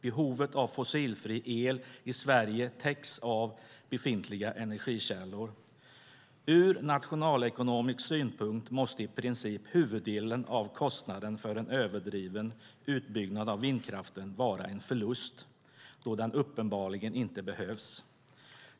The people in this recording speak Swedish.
Behovet av fossilfri el i Sverige täcks av befintliga energikällor. Ur nationalekonomisk synpunkt måste i princip huvuddelen av kostnaden för en överdriven utbyggnad av vindkraften vara en förlust då den uppenbarligen inte behövs.